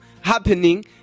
happening